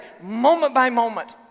moment-by-moment